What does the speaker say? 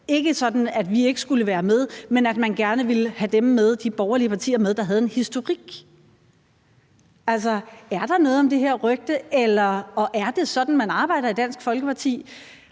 var sådan, at vi ikke skulle være med, men at man gerne ville have de borgerlige partier med, der havde en historik. Altså, er der noget om det her rygte, og er det sådan, man arbejder i Dansk Folkeparti?